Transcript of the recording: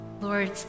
Lord